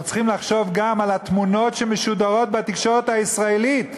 אנחנו צריכים לחשוב גם על התמונות שמשודרות בתקשורת הישראלית,